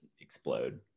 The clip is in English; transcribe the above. explode